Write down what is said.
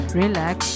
relax